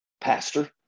pastor